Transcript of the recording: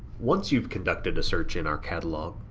once you've conducted a search in our catalog,